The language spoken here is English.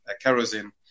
kerosene